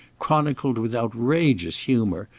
chronicled with outrageous humour,